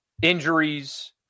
Injuries